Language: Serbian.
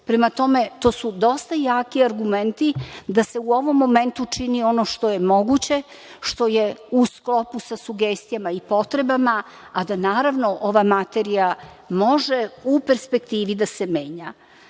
tome, to su dosta jaki argumenti da se u ovom mementu čini ono što je moguće, što je u sklopu sa sugestijama i potrebama, a da naravno ova materija može u perspektivi da se menja. Slažem